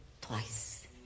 twice